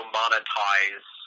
monetize